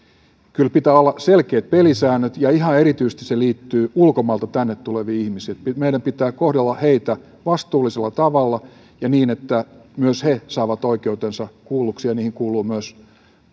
kyllä pitää olla selkeät pelisäännöt ja ihan erityisesti se liittyy ulkomailta tänne tuleviin ihmisiin meidän pitää kohdella heitä vastuullisella tavalla ja niin että myös he saavat oikeutensa ja niihin kuuluu myös